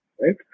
Right